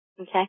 Okay